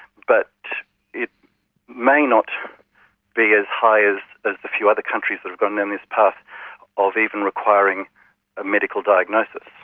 but it may not be as high as a few other countries that have gone down this path of even requiring a medical diagnosis.